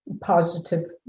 positive